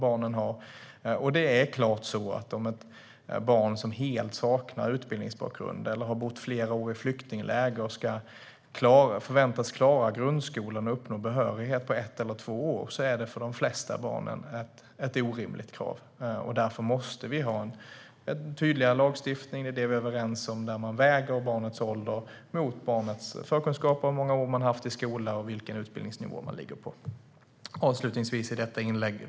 Det är helt klart att det är ett orimligt krav om barn som helt saknar utbildningsbakgrund eller som har bott flera år i flyktingläger förväntas klara grundskolan och uppnå behörighet på ett eller två år. Därför måste man ha en tydligare lagstiftning - det är vi överens om - där barnets ålder ska vägas mot barnets förkunskaper, antal skolår och vilken utbildningsnivå som eleven ligger på. Fru talman!